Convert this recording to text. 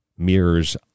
mirrors